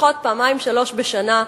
לפחות פעמיים-שלוש בשנה,